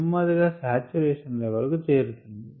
నెమ్మదిగా saturation level కు చేరుతుంది